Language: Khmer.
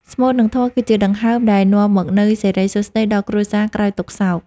ស្មូត និងធម៌គឺជាដង្ហើមដែលនាំមកនូវសិរីសួស្ដីដល់គ្រួសារក្រោយទុក្ខសោក។